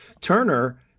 Turner